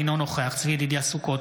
אינו נוכח צבי ידידיה סוכות,